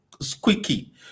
squeaky